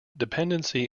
dependency